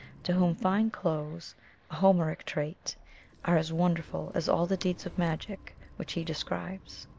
to whom fine clothes a homeric trait are as wonderful as all the deeds of magic which he describes.